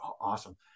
awesome